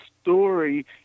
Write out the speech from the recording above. story